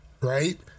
right